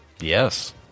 Yes